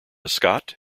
scott